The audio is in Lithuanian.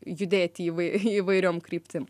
judėti įvai įvairiom kryptim